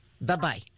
Bye-bye